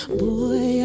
boy